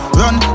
run